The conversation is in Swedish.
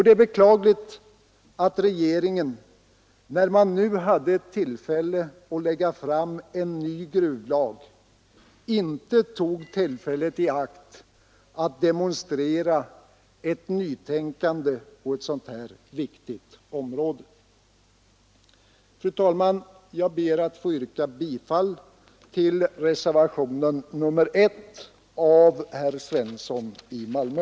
Det är beklagligt att regeringen, när den nu lade fram förslag till en ny gruvlag, inte tog tillfället i akt att demonstrera ett nytänkande på ett så viktigt område. Fru talman! Jag ber att få yrka bifall till reservationen 1 av herr Svensson i Malmö.